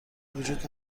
وجود